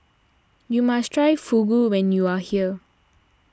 you must try Fugu when you are here